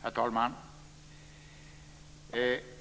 Herr talman!